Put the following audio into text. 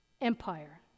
empire